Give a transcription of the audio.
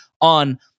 on